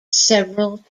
several